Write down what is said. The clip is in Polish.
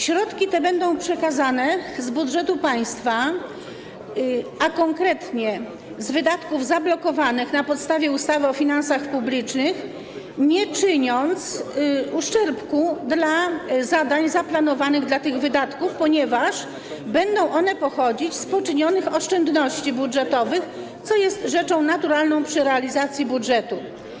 Środki te będą przekazane z budżetu państwa, a konkretnie z wydatków zablokowanych na podstawie ustawy o finansach publicznych, bez uszczerbku dla zadań zaplanowanych dla tych wydatków, ponieważ będą one pochodzić z poczynionych oszczędności budżetowych, co jest rzeczą naturalną przy realizacji budżetu.